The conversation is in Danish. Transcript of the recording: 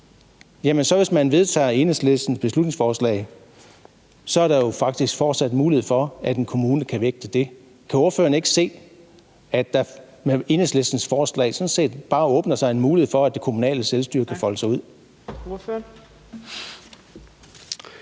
hvis man vedtager Enhedslistens beslutningsforslag, jo faktisk fortsat mulighed for, at de kan vægte det. Kan ordføreren ikke se, at der med Enhedslistens forslag sådan set bare åbner sig en mulighed for, at det kommunale selvstyre kan folde sig ud?